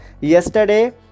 yesterday